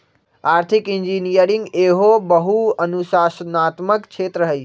आर्थिक इंजीनियरिंग एहो बहु अनुशासनात्मक क्षेत्र हइ